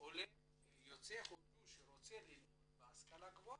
עולה יוצא הודו שרוצה ללמוד בהשכלה הגבוהה,